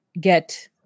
get